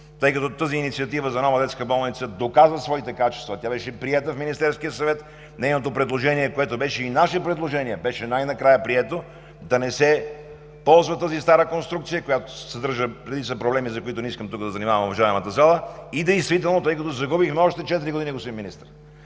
тъй като тази Инициатива за нова детска болница доказа своите качества – тя беше приета в Министерския съвет. Нейното предложение, което беше и наше предложение, беше най-накрая прието – да не се ползва тази стара конструкция, която съдържа редица проблеми, за които не искам тук да занимавам уважаемата зала, тъй като загубихме още четири години, господин Министър.